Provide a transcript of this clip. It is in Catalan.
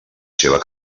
seva